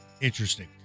Interesting